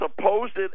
supposed